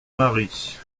marie